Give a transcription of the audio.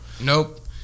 Nope